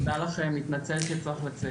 תודה לכם, מתנצל שצריך לצאת.